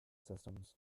systems